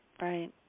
right